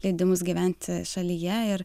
leidimus gyventi šalyje ir